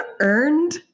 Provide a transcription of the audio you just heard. earned